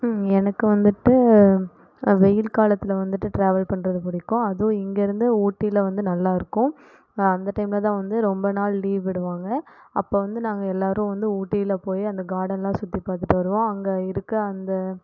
எனக்கு வந்துவிட்டு வெயில் காலத்தில் வந்துவிட்டு ட்ராவல் பண்ணுறது பிடிக்கும் அதுவும் இங்கேருந்து ஊட்டியில் வந்து நல்லாயிருக்கும் அந்த டைமில் தான் ரொம்ப நாள் லீவ் விடுவாங்க அப்போ வந்து நாங்கள் எல்லோரும் வந்து ஊட்டியில் போய் அந்த கார்டன்லாம் சுற்றி பார்த்துட்டு வருவோம் அங்கே இருக்க அந்த